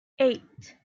eight